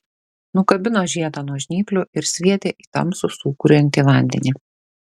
nukabino žiedą nuo žnyplių ir sviedė į tamsų sūkuriuojantį vandenį